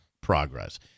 progress